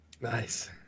Nice